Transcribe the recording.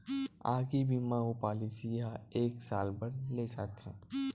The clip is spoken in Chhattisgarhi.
आगी बीमा अउ पॉलिसी ह एक साल बर ले जाथे